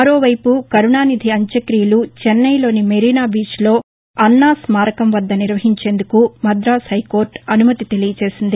మరోవైపు కరుణానిధి అంత్యక్రియలు చెన్నెలోని మెరీనా బీచ్లో అన్నా స్నారకం వద్ద నిర్వహించేందుకు మద్రాసు హైకోర్లు అనుమతి తెలియజేసింది